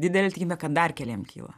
didelė tikimybė kad dar keliem kyla